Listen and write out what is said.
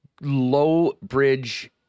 low-bridge